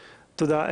תודה.